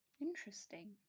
Interesting